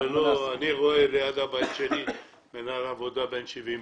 אני רואה על יד הבית שלי מנהל עבודה בן 70 פלוס,